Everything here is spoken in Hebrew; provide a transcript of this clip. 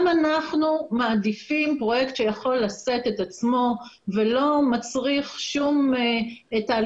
גם אנחנו מעדיפים פרויקט שיכול לשאת את עצמו ולא מצריך כל תהליכים